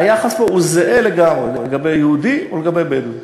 היחס פה זהה לגמרי לגבי יהודי או לגבי בדואי.